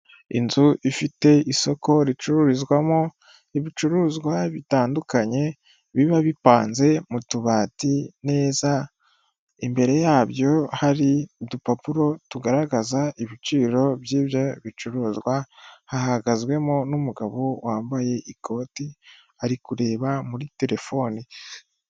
Inzu ifite isoko ricururizwamo ibicuruzwa bitandukanye, biba bipanze mu tubati neza, imbere yabyo hari udupapuro tugaragaza ibiciro by'ibyo bicuruzwa, hahagazwemo n'umugabo wambaye ikoti ari kureba muri telefoni.